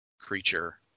creature